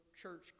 church